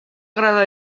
agradar